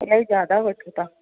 इलाही जादा वठो था